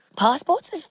Passports